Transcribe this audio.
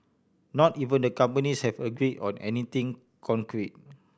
not even the companies have agree on anything concrete